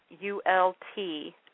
U-L-T